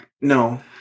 No